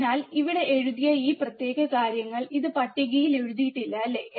അതിനാൽ ഇവിടെ എഴുതിയ ഈ പ്രത്യേക കാര്യങ്ങൾ ഇത് പട്ടികയിൽ എഴുതിയിട്ടില്ല അല്ല